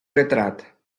retrat